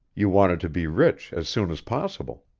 you wanted to be rich as soon as possible.